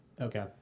okay